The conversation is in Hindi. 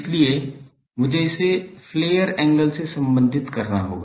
इसलिए मुझे इसे फ्लेयर एंगल से संबंधित करना होगा